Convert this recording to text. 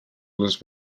les